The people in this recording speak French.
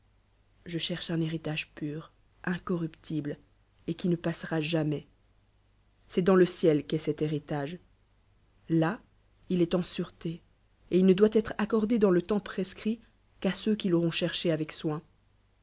je cherche un héritage pur incorruptible et qui ne passera jamais c'est dans le ciel qu'est cet héritage là il est en sûreté et il ne doit être accordé dans le temps prescrit qu'à ceux qui l'auront cherché avec loin